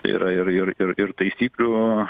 tai yra ir ir ir taisyklių